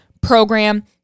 program